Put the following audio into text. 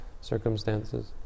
circumstances